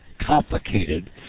complicated